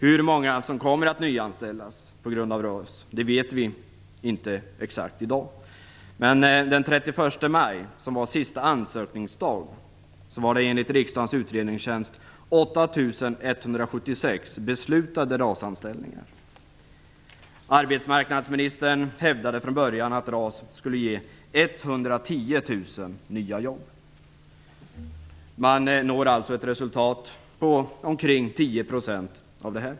Hur många som kommer att nyanställas på grund av RAS vet vi inte exakt i dag. Men den 31 anställningar. Arbetsmarknadsministern hävdade från början att RAS skulle ge 110 000 nya jobb. Man når alltså ett resultat på omkring 10 % av detta.